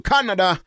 Canada